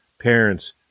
parents